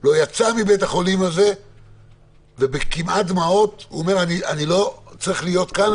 לא יצא מבית החולים הזה ובכמעט דמעות אומר: אני לא צריך להיות כאן,